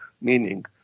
meaning